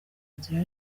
nzira